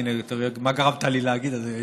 הינה, תראה מה גרמת לי להגיד, אדוני היושב-ראש,